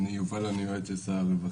אני יובל הרלב, יועץ שר הרווחה.